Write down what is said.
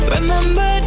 Remember